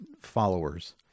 followers